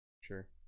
sure